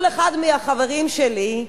כל אחד מהחברים שלי,